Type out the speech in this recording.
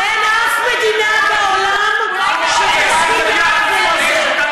אין מדינה בעולם שתסכים לעוול הזה.